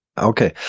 Okay